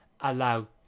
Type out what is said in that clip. allow